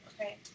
Okay